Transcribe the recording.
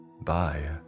Bye